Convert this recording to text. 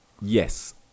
Yes